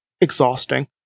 exhausting